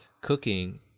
cooking